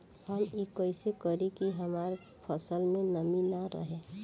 हम ई कइसे करी की हमार फसल में नमी ना रहे?